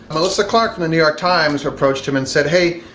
melissa clark from the new york times approached him and said, hey,